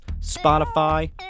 Spotify